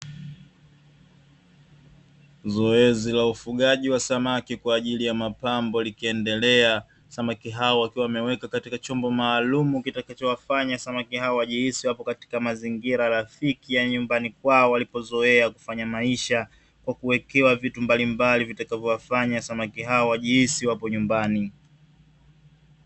Zoezi la ufugaji wa samaki kwa ajili ya mapambo likiendelea, samaki hao wakiwa wamewekwa katika chombo maalumu kitakachowafanya samaki hao wajihisi wapo katika mazingira rafiki ya nyumbani kwao walipozoea kufanya maisha, kwa kuwekewa vitu mbalimbali vitakavyowafanya samaki hao wajihisi wapo nyumbani.